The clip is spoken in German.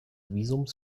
visums